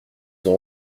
ont